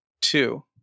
two